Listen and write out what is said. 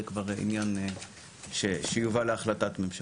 זה כבר עניין שיובא להחלטת ממשלה.